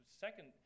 second